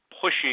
pushing –